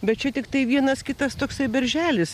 bet čia tiktai vienas kitas toksai berželis